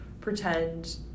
pretend